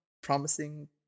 promising